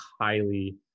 highly